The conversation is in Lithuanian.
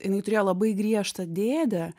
jinai turėjo labai griežtą dėdę